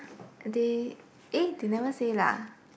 they eh they never say lah